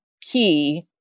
key